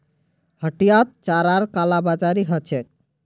हटियात चारार कालाबाजारी ह छेक